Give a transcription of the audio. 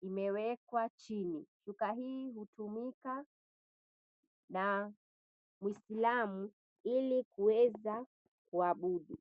imewekwa chini shuka hii hutumika na muisilamu ili kuweza kuabudu.